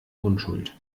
unschuld